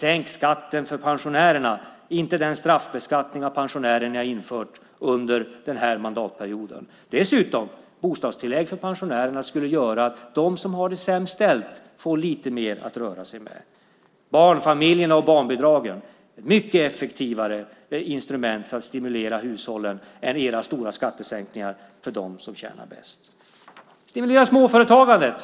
Sänk skatten för pensionärerna, i stället för den straffbeskattning ni har infört under den här mandatperioden. Dessutom skulle bostadstillägg för pensionärerna göra att de som har det sämst ställt får lite mer att röra sig med. Barnbidragen för barnfamiljerna är ett mer effektivt instrument för att stimulera hushållen än era stora skattesänkningar för dem som tjänar bäst. Stimulera småföretagandet.